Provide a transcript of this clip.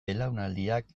belaunaldiak